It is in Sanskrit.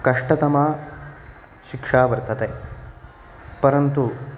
कष्टतमा शिक्षा वर्तते परन्तु